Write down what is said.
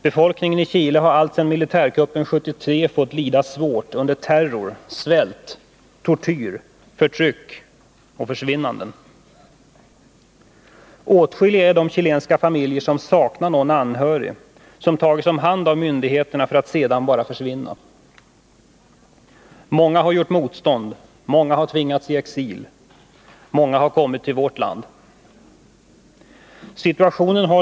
Befolkningen i Chile har alltsedan militärkuppen 1973 fått lida svårt under terror, svält, tortyr, förtryck och ”försvinnanden”. Åtskilliga är de chilenska familjer som saknar någon anhörig som har tagits om hand av myndigheterna för att sedan bara försvinna. Många har gjort motstånd. Många har tvingats i exil. Många har kommit till vårt land.